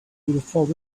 through